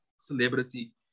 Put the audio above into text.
celebrity